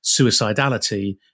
suicidality